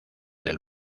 del